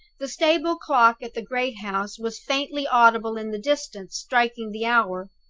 the stable clock at the great house was faintly audible in the distance striking the hour.